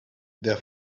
their